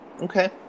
Okay